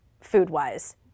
food-wise